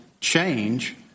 change